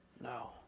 no